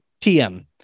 TM